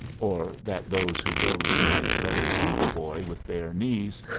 or, that those who rode might better see the boy with bare knees,